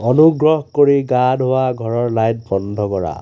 অনুগ্ৰহ কৰি গা ধোৱা ঘৰৰ লাইট বন্ধ কৰা